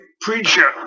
preacher